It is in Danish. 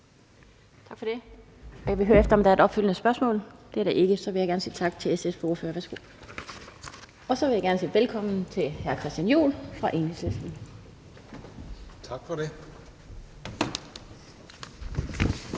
Tak for det. Jeg vil høre, om der er et opfølgende spørgsmål. Det er der ikke. Så vil jeg gerne sige tak til SF's ordfører. Og så vil jeg sige velkommen til hr. Christian Juhl fra Enhedslisten. Kl.